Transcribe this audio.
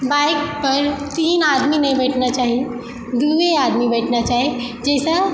बाइकपर तीन आदमी नहि बैठना चाही दुइये आदमी बैठना चाही जाहिसँ